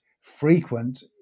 frequent